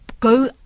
go